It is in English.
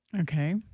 Okay